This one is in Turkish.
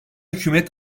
hükümet